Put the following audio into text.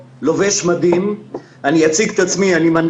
אבל יש חברת שמירה, היא פונה